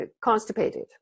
constipated